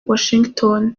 washington